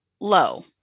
low